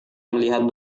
melihat